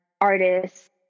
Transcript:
artists